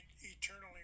eternally